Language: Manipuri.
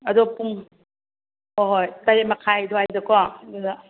ꯑꯗꯣ ꯄꯨꯡ ꯍꯣꯏ ꯍꯣꯏ ꯇꯔꯦꯠ ꯃꯈꯥꯏ ꯑꯗꯨꯋꯥꯏꯗꯀꯣ ꯑꯗꯨꯗ